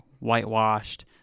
whitewashed